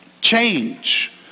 change